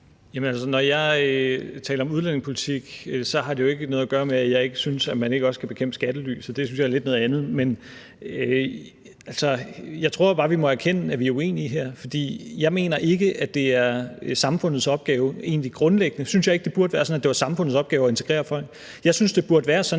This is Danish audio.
Når jeg taler om udlændingepolitik, har det jo ikke noget at gøre med, at jeg ikke synes, at man ikke også skal bekæmpe skattely, så det synes jeg er noget lidt andet. Jeg tror bare, vi må erkende, at vi er uenige her. Jeg mener ikke, at det grundlæggende er samfundets opgave at integrere folk, for jeg synes, det burde være sådan,